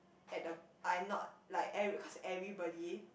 at the I not like every because everybody